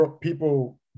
people